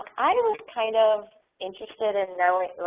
i was kind of interested in knowing,